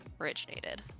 originated